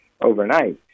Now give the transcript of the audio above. overnight